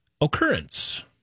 occurrence